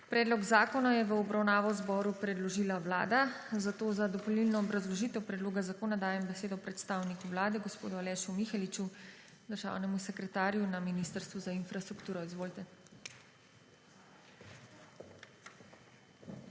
Predlog zakona je v obravnavo zboru predložila Vlada. Za dopolnilno obrazložitev predloga zakona dajem besedo predstavniku vlade, in sicer gospodu Alešu Miheliču, državnemu sekretarju na Ministrstvu za infrastrukturo. ALEŠ